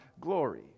glory